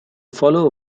follow